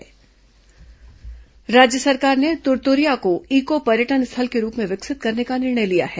पर्यटन तुरतुरिया राज्य सरकार ने तुरतुरिया को ईको पर्यटन स्थल के रूप में विकसित करने का निर्णय लिया है